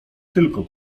tylko